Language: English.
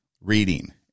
reading